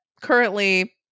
currently